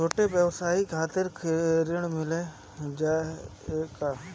छोट ब्योसाय के खातिर ऋण मिल जाए का?